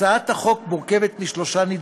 להצעת החוק שלושה נדבכים,